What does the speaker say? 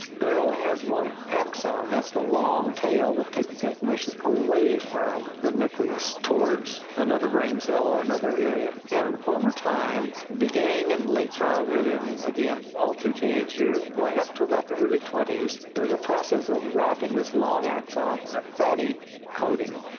but it all has one axon, that's the long tail that takes information away from the nucleus towards another brain cell or another area. and over time, beginning in and late childhood and, again, all through teenage years and going up to about the early twenty s, there is a process of wrapping this long axon in a fatty coating.